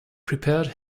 prepared